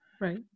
Right